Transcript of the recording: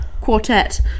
quartet